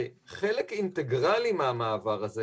וחלק אינטגרלי מהמעבר הזה